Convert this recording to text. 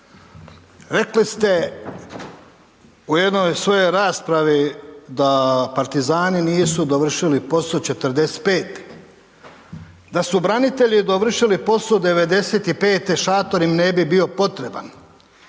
Rekli ste, u jednoj svojoj raspravi da partizani nisu dovršili posao 45-e. Da su branitelji dovršili posao 95-e, šator im ne bi bio potreban.